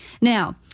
Now